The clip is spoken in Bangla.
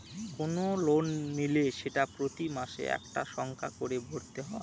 কোনো লোন নিলে সেটা প্রতি মাসে একটা সংখ্যা করে ভরতে হয়